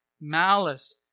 malice